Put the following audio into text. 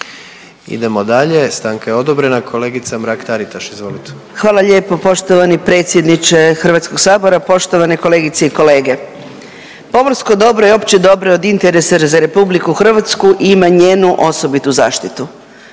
Idemo dalje, stanka je odobrena, kolegica Mrak Taritaš, izvolite. **Mrak-Taritaš, Anka (GLAS)** Hvala lijepo poštovani predsjedniče Hrvatskog sabora. Poštovane kolegice i kolege, pomorsko dobro i opće dobro je interesa za RH i ima njenu osobitu zaštitu.